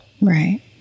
Right